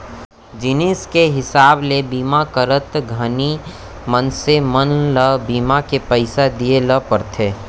जिनिस के हिसाब ले बीमा करत घानी मनसे मन ल बीमा के पइसा दिये ल परथे